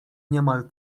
niemal